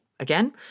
Again